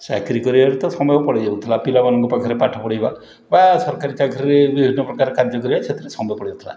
ଚାକିରି କରିବାରେ ତ ସମୟ ପଳେଇ ଯାଉଥିଲା ପିଲାମାନଙ୍କ ପାଖରେ ପାଠ ପଢ଼େଇବା ବା ସରକାରୀ ଚାକିରିରେ ବିଭିନ୍ନପ୍ରକାର କାର୍ଯ୍ୟକରିବା ସେଥିରେ ସମୟ ପଳେଇ ଯାଉଥିଲା